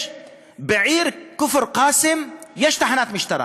בעיר כפר-קאסם יש תחנת משטרה,